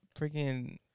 freaking